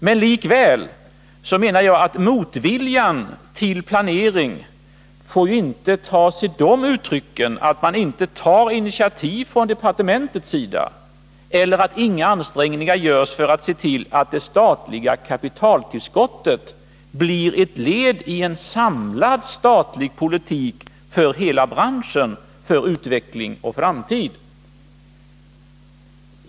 Men likväl menar jag att motviljan mot planering inte får ta sig uttryck i att man inte tar initiativ från departementets sida eller att inga ansträngningar görs för att se till att det statliga kapitaltillskottet blir ett led i en samlad statlig politik för hela branschens utveckling i framtiden.